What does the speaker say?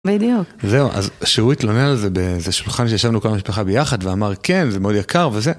בדיוק. זהו, אז שהוא התלונן על זה באיזה שולחן שישבנו כל המשפחה ביחד ואמר כן, זה מאוד יקר וזה.